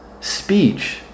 speech